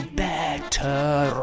better